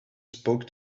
spoke